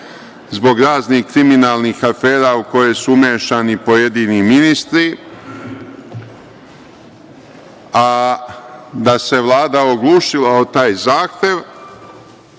zbog raznih kriminalnih afera u koje su umešani pojedini ministri, a da se Vlada oglušila o taj zahtev